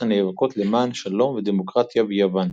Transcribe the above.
הנאבקות למען שלום ודמוקרטיה ביוון.